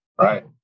right